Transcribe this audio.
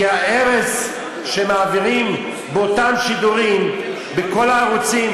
כי הארס שמעבירים באותם שידורים בכל הערוצים,